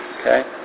okay